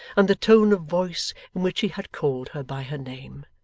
and the tone of voice in which he had called her by her name.